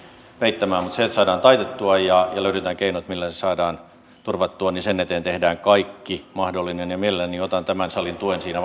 peittämään mutta sen eteen että se saadaan taitettua ja löydetään keinot millä se saadaan turvattua tehdään kaikki mahdollinen ja mielelläni otan tämän salin tuen siinä